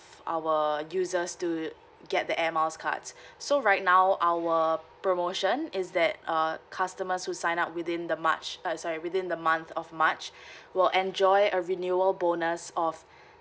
our users to get the air miles cards so right now our promotion is that uh customers who sign up within the march uh sorry within the month of march will enjoy a renewal bonus of